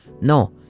No